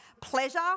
pleasure